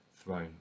throne